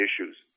issues